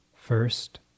First